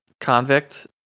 Convict